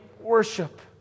worship